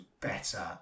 better